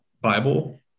Bible